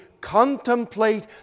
contemplate